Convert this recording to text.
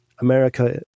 America